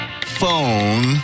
phone